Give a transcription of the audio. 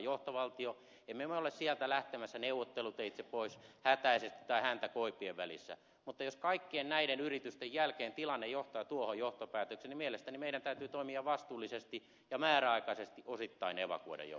emme me ole sieltä lähtemässä neuvotteluteitse pois hätäisesti tai häntä koipien välissä mutta jos kaikkien näiden yritysten jälkeen tilanne johtaa tuohon johtopäätökseen niin mielestäni meidän täytyy toimia vastuullisesti ja määräaikaisesti osittain evakuoida joukot